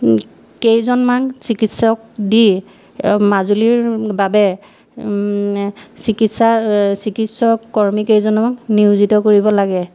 কেইজনমান চিকিৎসক দি মাজুলীৰ বাবে চিকিৎসা চিকিৎসক কৰ্মী কেইজনমান নিয়োজিত কৰিব লাগে